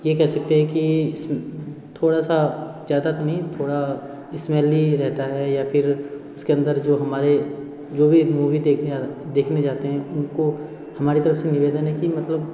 ये कह सकते हैं कि इस थोड़ा सा ज़्यादा तो नहीं थोड़ा इस्मेली रहता है या फिर उसके अन्दर जो हमारे जो भी मूवी देखने देखने जाते हैं उनको हमारी तरफ़ से निवेदन है कि मतलब